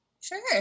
sure